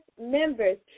members